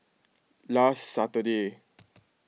last Saturday